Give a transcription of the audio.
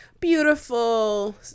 beautiful